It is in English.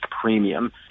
premium